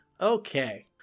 Okay